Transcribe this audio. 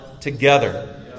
together